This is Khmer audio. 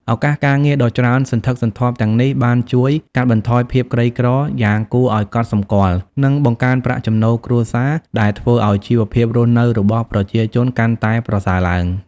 ឱកាសការងារដ៏ច្រើនសន្ធឹកសន្ធាប់ទាំងនេះបានជួយ កាត់បន្ថយភាពក្រីក្រ យ៉ាងគួរឲ្យកត់សម្គាល់ និង បង្កើនប្រាក់ចំណូលគ្រួសារ ដែលធ្វើឲ្យជីវភាពរស់នៅរបស់ប្រជាជនកាន់តែប្រសើរឡើង។